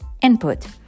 input